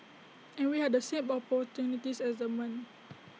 and we had the same opportunities as the men